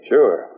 Sure